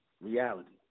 reality